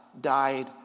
died